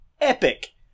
epic